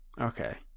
okay